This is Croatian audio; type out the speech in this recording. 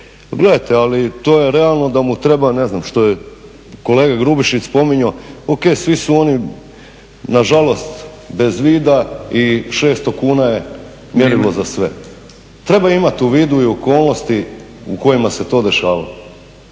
gledajte ali to je realno da mu treba što je kolega Grubišić spominjao, o.k. svi su oni nažalost bez vida i 600 kuna je mjerilo za sve. Treba imati u vidu i okolnosti u kojima se to dešavalo.